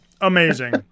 amazing